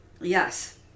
yes